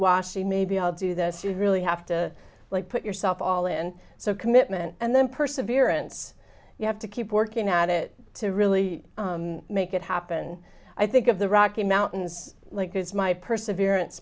washy maybe i'll do this you really have to like put yourself all in so commitment and then perseverance you have to keep working at it to really make it happen i think of the rocky mountains like it's my perseverance